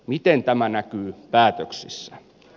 miten tämä näkyy päätöksissä